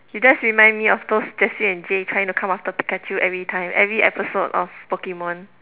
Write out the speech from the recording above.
you just remind me of those Jessie and James trying to come after Pikachu every time every episode of Pokemon